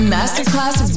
Masterclass